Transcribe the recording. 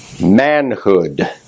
manhood